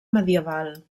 medieval